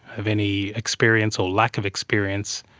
of any experience or lack of experience,